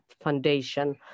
foundation